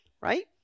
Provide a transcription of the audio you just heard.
right